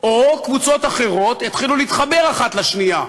או שקבוצות אחרות יתחילו להתחבר אחת לשנייה,